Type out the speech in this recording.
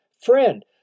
friend